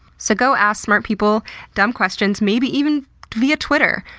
so go ask smart people dumb questions, maybe even via twitter,